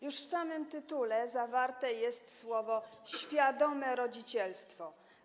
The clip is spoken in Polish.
Już w samym tytule zawarte są słowa „świadome rodzicielstwo”